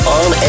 on